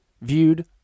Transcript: viewed